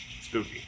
spooky